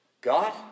God